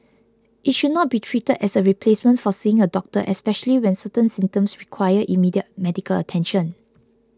it should not be treated as a replacement for seeing a doctor especially when certain symptoms require immediate medical attention